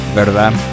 ¿verdad